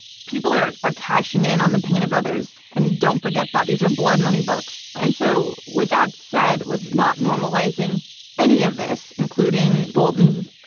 people are are cashing in on pain pain of others. and don't forget that, these are blood money books. and so with that said, with not normalizing any of this, including bolton's,